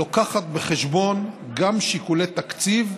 המביאה בחשבון גם שיקולי תקציב,